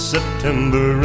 September